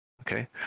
Okay